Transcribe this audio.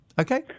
Okay